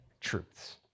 truths